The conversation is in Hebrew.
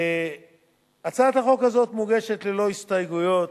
הצעת החוק הזאת מוגשת ללא הסתייגויות.